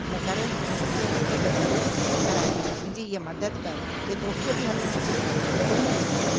हिन करे तूं मूंखे टिकेट ज़रूरु कराए ॾे मुंहिंजी हीअ मदद कर जे तोखे बि हलणो हुजे त तूं बि हलु